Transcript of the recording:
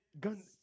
Gun